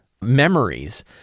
memories